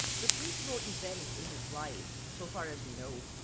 the principal event in his life, so far as we know,